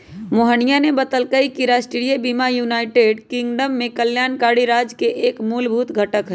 मोहिनीया ने बतल कई कि राष्ट्रीय बीमा यूनाइटेड किंगडम में कल्याणकारी राज्य के एक मूलभूत घटक हई